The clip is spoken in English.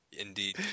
Indeed